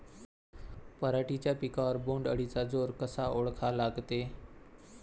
पराटीच्या पिकावर बोण्ड अळीचा जोर कसा ओळखा लागते?